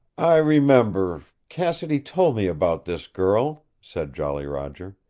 i remember cassidy told me about this girl, said jolly roger.